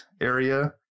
area